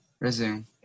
Resume